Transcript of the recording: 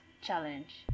challenge